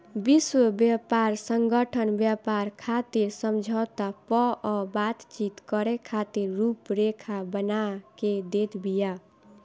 विश्व व्यापार संगठन व्यापार खातिर समझौता पअ बातचीत करे खातिर रुपरेखा बना के देत बिया